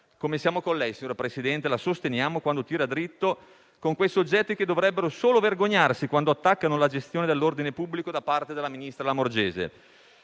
modo siamo con lei, signor Presidente del Consiglio, e la sosteniamo quando tira dritto con quei soggetti che dovrebbero solo vergognarsi quando attaccano la gestione dell'ordine pubblico da parte della ministra Lamorgese.